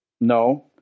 No